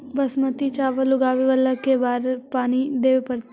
बासमती चावल उगावेला के बार पानी देवे पड़तै?